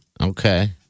Okay